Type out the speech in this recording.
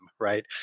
Right